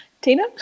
Tina